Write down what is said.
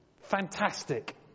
fantastic